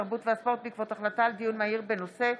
התרבות והספורט בעקבות דיון מהיר בהצעתם